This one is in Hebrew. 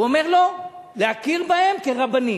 הוא אומר: לא, להכיר בהם כרבנים.